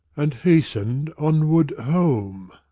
and hastened onward home.